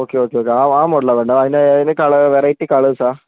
okay okay okay ആ മോഡലാണു വേണ്ടത് അതിന് അതിന് വെറൈറ്റി കളേഴ്സാ